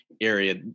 area